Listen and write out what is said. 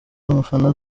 umufana